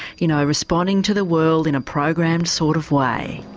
you know, responding to the world in a programmed sort of way.